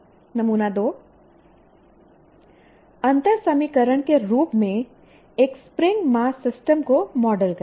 नमूना 2 अंतर समीकरण के रूप में एक स्प्रिंग मास सिस्टम को मॉडल करें